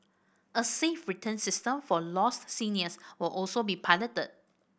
a safe return system for lost seniors will also be piloted